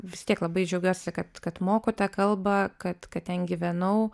vis tiek labai džiaugiuosi kad kad moku tą kalbą kad kad ten gyvenau